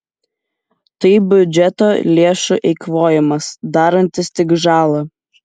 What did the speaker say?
tai biudžeto lėšų eikvojimas darantis tik žalą